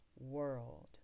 world